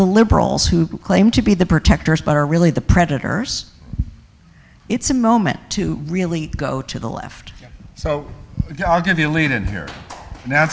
liberals who claim to be the protectors but are really the predators it's a moment to really go to the left so i'll give you a lead in here n